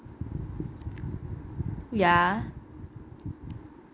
ya